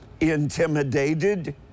intimidated